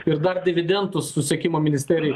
ir dar dividendų susisiekimo ministerijai